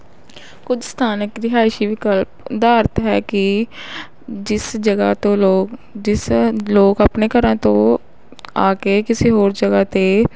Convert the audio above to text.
ਕੁਝ ਸਥਾਨਕ ਰਿਹਾਇਸ਼ੀ ਵਿਕਲਪ ਅਧਾਰਤ ਹੈ ਕਿ ਜਿਸ ਜਗ੍ਹਾ ਤੋਂ ਲੋਕ ਜਿਸ ਲੋਕ ਆਪਣੇ ਘਰਾਂ ਤੋਂ ਆ ਕੇ ਕਿਸੇ ਹੋਰ ਜਗ੍ਹਾ 'ਤੇ